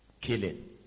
killing